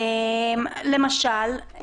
למשל,